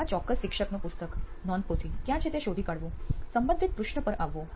આ ચોક્કસ શિક્ષકનું પુસ્તક નોંધપોથી ક્યાં છે તે શોધી કાઢવું સંબંધિત પૃષ્ઠ પર આવવું